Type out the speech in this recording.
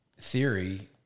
theory